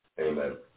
amen